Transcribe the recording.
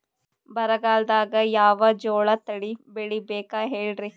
ಬರಗಾಲದಾಗ್ ಯಾವ ಜೋಳ ತಳಿ ಬೆಳಿಬೇಕ ಹೇಳ್ರಿ?